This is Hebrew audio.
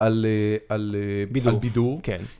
‫על אה, על אה בידור על בידור, כן